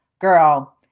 girl